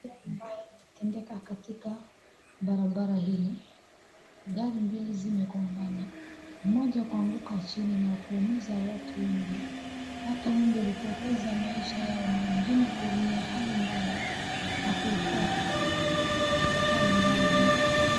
Ajali mbaya imetendeka katika barabara hii. Gari mbili zimegongana, moja kuanguka chini na kuumiza watu wengi. Watu wengi walipoteza maisha yao na wengine kuumia hali mbaya na kiuikuwa safari mbaya hii